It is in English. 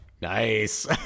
Nice